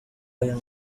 aya